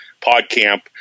PodCamp